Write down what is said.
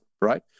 right